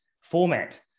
format